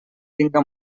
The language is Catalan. tinga